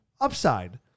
upside